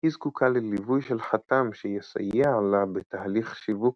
היא זקוקה לליווי של חתם שיסייע לה בתהליך שיווק